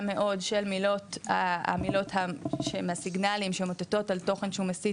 מאוד של מילות שהן הסיגנלים שמאותות על תוכן שהוא מסית,